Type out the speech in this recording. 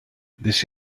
this